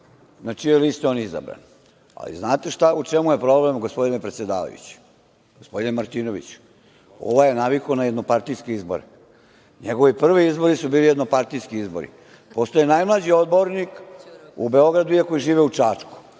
na čijoj listi je on izabran. Ali znate u čemu je problem, gospodine predsedavajući, gospodine Martinoviću? Ovaj je navikao na jednopartijske izbore. Njegovi prvi izbori su bili jednopartijski izbori. Postao je najmlađi odbornik u Beogradu, iako je živeo u Čačku.